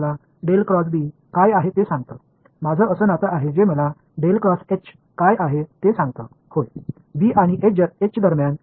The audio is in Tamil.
மேலும் எவ்வாறு எளிமைப்படுத்துவது என்னிடம் சொல்லும் உறவு எனக்கு இருக்கிறதா